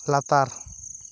ᱞᱟᱛᱟᱨ